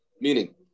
Meaning